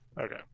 Okay